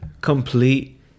complete